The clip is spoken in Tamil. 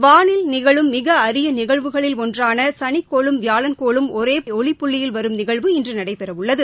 வானில் நிகழும் மிக அரிய நிகழ்வுகளில் ஒன்றான சனிக்கோளும் வியாழன் கோளும் ஒரே ஒளிப்புள்ளியில் வரும் நிகழ்வு இன்று நடைபெறவுள்ளது